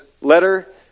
letter